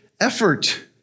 effort